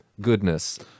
goodness